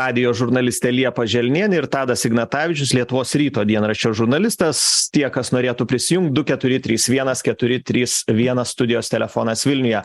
radijo žurnalistė liepa želnienė ir tadas ignatavičius lietuvos ryto dienraščio žurnalistas tie kas norėtų prisijungt du keturi trys vienas keturi trys vienas studijos telefonas vilniuje